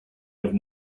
have